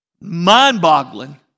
Mind-boggling